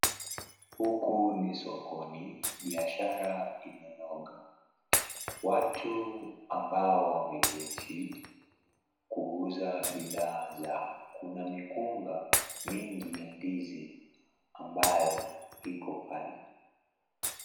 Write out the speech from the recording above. Huku ni sokoni. Biashara imenoga. Watu ambao wameketi, kuuza bidhaa zao. Kuna mikunga mingi ya ndizi, ambayo iko pale.